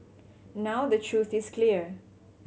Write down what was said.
now the truth is clear